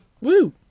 Woo